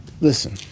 listen